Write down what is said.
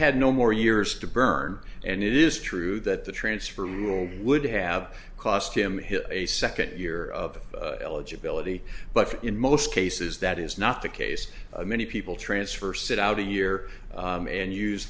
had no more years to burn and it is true that the transfer rule would have cost him his a second year of eligibility but in most cases that is not the case many people transfer sit out a year and use